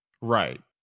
Right